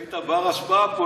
כשהיית בר-השפעה פה,